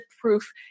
proof